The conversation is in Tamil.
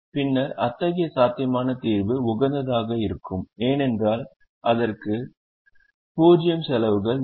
பின்னர் அத்தகைய சாத்தியமான தீர்வு உகந்ததாக இருக்கும் ஏனென்றால் அதற்கு 0 செலவுகள் இருக்கும்